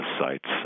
sites